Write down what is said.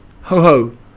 Ho-ho